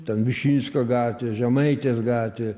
ten višinskio gatvė žemaitės gatvė